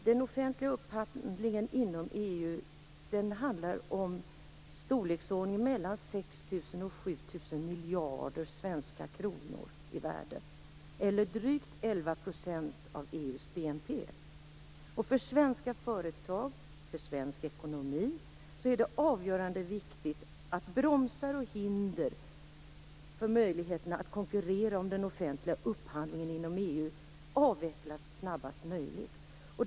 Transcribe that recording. Den offentliga upphandlingen inom EU ligger i storleksordning mellan 6 000 och 7 000 miljarder svenska kronor i värde, eller drygt 11 % av EU:s BNP. För svenska företag och svensk ekonomi är det avgörande viktigt att bromsar och hinder för möjligheterna att konkurrera om den offentliga upphandlingen inom EU avvecklas snabbast möjligt.